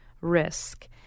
risk